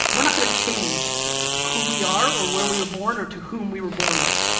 we're not gonna change who we are or where we were born or to whom we were born with,